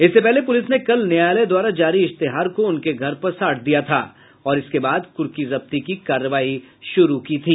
इससे पहले पुलिस ने कल न्यायालय द्वारा जारी इश्तेहार को उनके घर पर साट दिया था और इसके बाद कुर्की जब्ती की कार्रवाई शुरू की थी